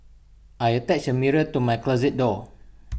I attached A mirror to my closet door